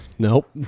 Nope